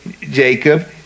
Jacob